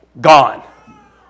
gone